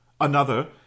Another